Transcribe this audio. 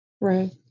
Right